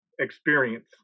experience